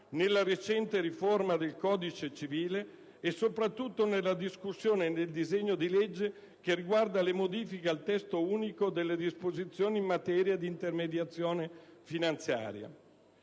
nella recente riforma del codice civile e, soprattutto, nella discussione e nel disegno di legge che reca modifiche al testo unico delle disposizioni in materia di intermediazione finanziaria.